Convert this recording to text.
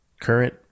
current